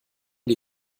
die